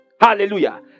Hallelujah